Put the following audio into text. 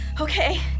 Okay